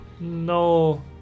No